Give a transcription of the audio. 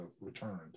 returned